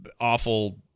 awful